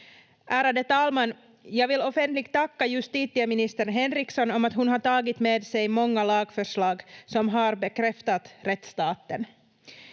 Ärade talman! Jag vill offentligt tacka justitieminister Henriksson för att hon tagit med sig många lagförslag som har bekräftat rättsstaten.